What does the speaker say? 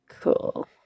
Cool